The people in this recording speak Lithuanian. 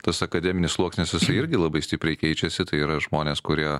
tas akademinis sluoksnis irgi labai stipriai keičiasi tai yra žmonės kurie